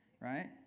right